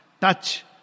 touch